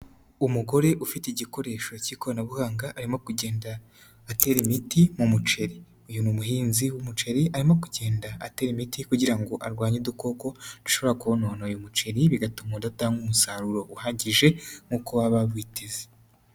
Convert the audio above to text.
Umugore ufite igikoresho cy'ikoranabuhanga arimo kugenda atera imiti mu muceri, uyu ni umuhinzi w'umuceri, arimo kugenda atera imiti kugira ngo arwanye udukoko dushobora konona uyu umuceri bigatuma udatanga umusaruro uhagije nk'uko waba witeze.